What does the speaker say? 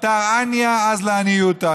בתר עניא אזלא עניותא,